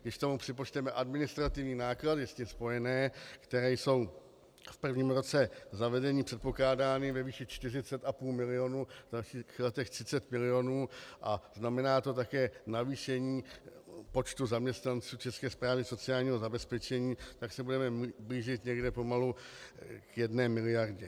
Když k tomu připočteme administrativní náklady s tím spojené, které jsou v prvním roce zavedení předpokládány ve výši 40,5 milionu na těch 30 milionů, a znamená to také navýšení počtu zaměstnanců České správy sociálního zabezpečení, tak se budeme blížit pomalu k jedné miliardě.